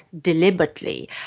deliberately